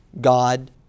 God